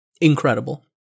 incredible